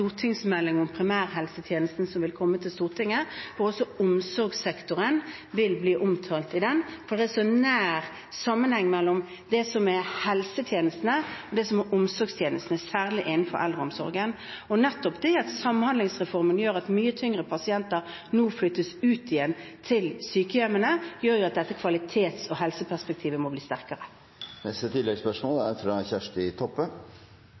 om primærhelsetjenesten som vil komme til Stortinget, hvor også omsorgssektoren vil bli omtalt, for det er en nær sammenheng mellom det som er helsetjenestene og det som er omsorgstjenestene, særlig innenfor eldreomsorgen. Og nettopp det at Samhandlingsreformen gjør at mye tyngre pasienter nå flyttes ut igjen til sykehjemmene, gjør at dette kvalitets- og helseperspektivet må bli sterkere. Kjersti Toppe – til oppfølgingsspørsmål. I pasient- og brukaromboda si årsmelding for 2014 er